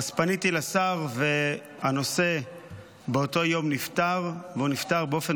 פניתי לשר והנושא נפתר באותו יום והוא נפתר באופן